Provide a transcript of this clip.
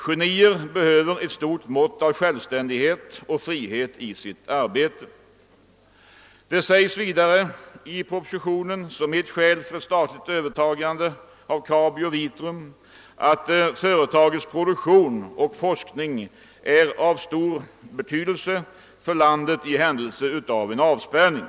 Genier behöver ett stort mått av självständighet och frihet i sitt arbete. Som ett skäl för ett statligt övertagande av Kabi och Vitrum anförs i propositionen att företagens produktion och forskning är av stor betydelse för landet i händelse av avspärrning.